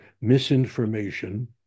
misinformation